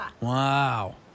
wow